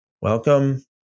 Welcome